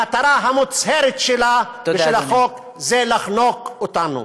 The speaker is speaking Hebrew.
המטרה המוצהרת שלה ושל החוק היא לחנוק אותנו.